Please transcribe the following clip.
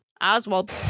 oswald